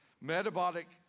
Metabolic